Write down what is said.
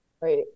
Right